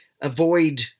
avoid